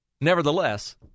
nevertheless